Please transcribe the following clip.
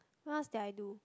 what else did I do